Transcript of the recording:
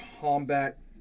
combat